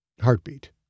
Heartbeat